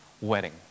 wedding